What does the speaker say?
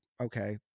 okay